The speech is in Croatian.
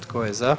Tko je za?